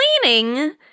Cleaning